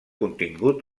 contingut